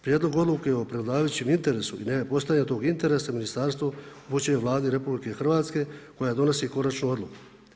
Prijedlog odluke o prevladavajućem interesu i ne postojanja tog interesa ministarstvo upućuje Vladi RH koja donosi konačnu odluku.